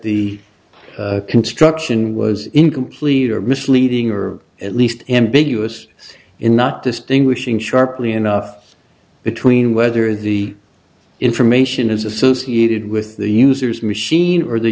the construction was incomplete or misleading or at least ambiguous in not distinguishing sharply enough between whether the information is associated with the user's machine or the